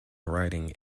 writing